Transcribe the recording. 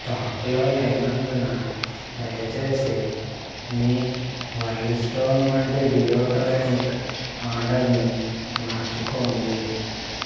స్టాకులో లేనందున దయచేసి మీ వైల్డ్ స్టోన్ వంటి డియోడరంట్ ఆర్డర్ని మార్చుకోండి